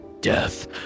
death